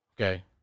Okay